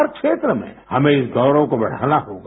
हर क्षेत्र में हमें इस गौरव को बढ़ाना होगा